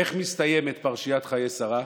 איך מסתיימת פרשיית חיי שרה?